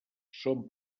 són